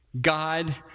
God